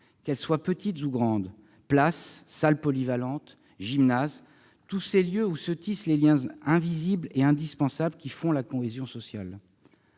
d'équipements structurants : places, salles polyvalentes, gymnases- tous ces lieux où se tissent les liens invisibles et indispensables qui font la cohésion sociale.